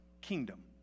kingdom